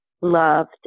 loved